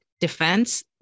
defense